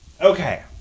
Okay